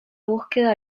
búsqueda